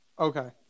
Okay